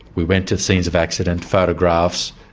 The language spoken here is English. we went to scenes of accident, photographs,